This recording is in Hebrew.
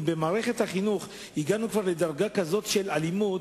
אם במערכת החינוך הגענו כבר לדרגה כזאת של אלימות.